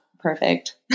perfect